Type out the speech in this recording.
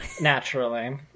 naturally